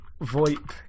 VoIP